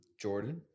Jordan